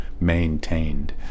maintained